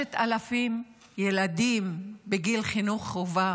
5,000 ילדים בגיל חינוך חובה